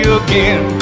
again